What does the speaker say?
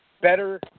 better